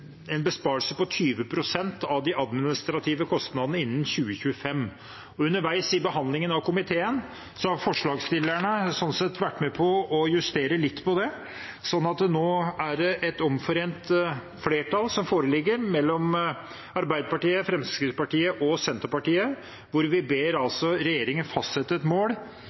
en skulle ha en besparelse på 20 pst. av de administrative kostnadene innen 2025. Underveis i behandlingen i komiteen har forslagsstillerne vært med på å justere litt på det, så nå er det et omforent flertall – Arbeiderpartiet, Fremskrittspartiet og Senterpartiet – som ber regjeringen fastsette et mål